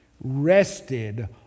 rested